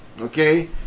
Okay